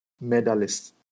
medalist